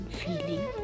feeling